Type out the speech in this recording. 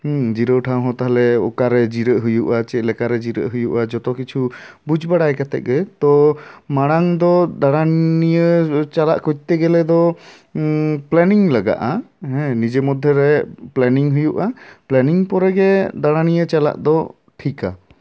ᱡᱤᱨᱟᱹᱣ ᱴᱷᱟᱶ ᱦᱚᱸ ᱛᱟᱦᱞᱮ ᱚᱠᱟᱨᱮ ᱡᱤᱨᱟᱹᱜ ᱦᱩᱭᱩᱜᱼᱟ ᱪᱮᱫ ᱞᱮᱠᱟᱨᱮ ᱡᱤᱨᱟᱹᱜ ᱦᱩᱭᱩᱜᱼᱟ ᱡᱚᱛᱚ ᱠᱤᱪᱷᱩ ᱵᱩᱡ ᱵᱟᱲᱟᱭ ᱠᱟᱛᱮᱜ ᱜᱮ ᱛᱳ ᱢᱟᱲᱟᱝ ᱫᱚ ᱫᱟᱬᱟᱱᱤᱭᱟᱹ ᱪᱟᱞᱟᱜ ᱠᱚᱨᱛᱮ ᱜᱮᱞᱮ ᱫᱚ ᱯᱞᱮᱱᱤᱝ ᱞᱟᱜᱟᱜᱼᱟ ᱦᱮᱸ ᱱᱤᱡᱮ ᱢᱚᱫᱽᱫᱷᱮᱨᱮ ᱯᱞᱮᱱᱤᱝ ᱦᱩᱭᱩᱜᱼᱟ ᱯᱞᱮᱱᱤᱝ ᱯᱚᱨᱮ ᱜᱮ ᱫᱟᱸᱬᱟᱱᱤᱭᱟᱹ ᱪᱟᱞᱟᱜ ᱫᱚ ᱴᱷᱤᱠᱼᱟ